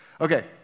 okay